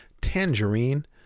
Tangerine